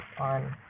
on